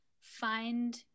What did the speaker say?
find